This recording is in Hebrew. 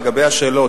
לגבי השאלות,